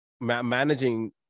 managing